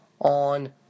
on